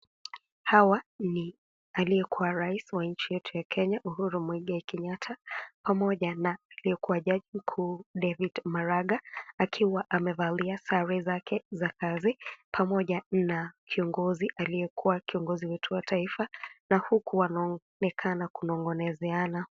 Hawa ni aliyekuwa rais wa nchi yetu ya Kenya Uhuru Mwigai Kenyatta pamoja na aliyekuwa jaji mkuu David Maraga akiwa amevalia sare zake za kazi pamoja na kiongozi aliyekuwa kiongozi wetu wa taifa na huku wanaoonekana kunong'onezeana.